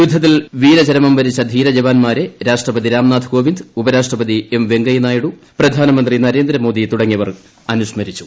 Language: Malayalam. യുദ്ധത്തിൽ വീരചരമം വരിച്ച ധീരജവാന്മാരെ രാഷ്ട്രപതി രാംനാഥ് കോവിന്ദ് ഉപരാഷ്ട്രപതി എം വെങ്കയ്യനായിഡു പ്രധാനമന്ത്രി നരേന്ദ്രമോദി തുടങ്ങിയവർ അനുസ്മരിച്ചു